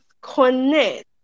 connect